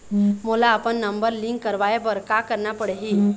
मोला अपन number link करवाये बर का करना पड़ही?